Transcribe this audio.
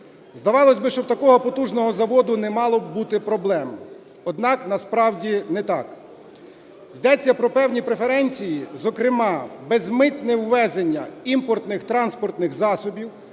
Здавалось би, що в такого потужного заводу не мало б бути проблем. Однак насправді не так. Йдеться про певні преференції, зокрема, безмитне ввезення імпортних транспортних засобів